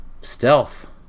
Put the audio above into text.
stealth